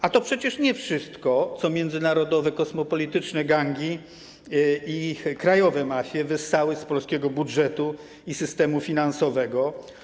A to przecież nie wszystko, co międzynarodowe, kosmopolityczne gangi i krajowe mafie wyssały z polskiego budżetu i systemu finansowego.